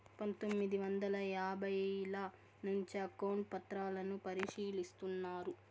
పందొమ్మిది వందల యాభైల నుంచే అకౌంట్ పత్రాలను పరిశీలిస్తున్నారు